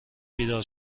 بیدار